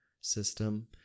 system